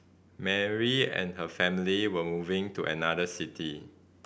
Mary and her family were moving to another city